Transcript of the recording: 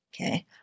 Okay